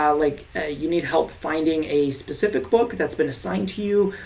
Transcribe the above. yeah like ah you need help finding a specific book that's been assigned to you,